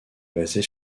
basée